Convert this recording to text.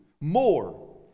more